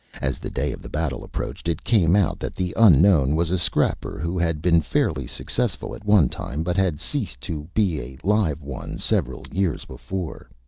as the day of the battle approached it came out that the unknown was a scrapper who had been fairly successful at one time, but had ceased to be a live one several years before.